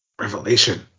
Revelation